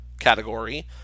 category